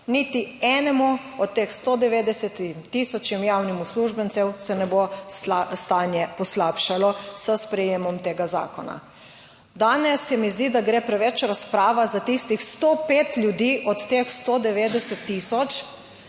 Niti enemu od teh 190 tisoč javnim uslužbencem se ne bo stanje poslabšalo s sprejemom tega zakona. Danes se mi zdi, da gre preveč razprava za tistih 105 ljudi od teh 190 tisoč,